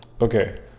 Okay